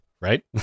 right